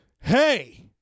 hey